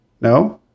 No